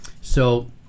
So-